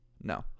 no